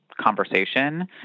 conversation